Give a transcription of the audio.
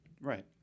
right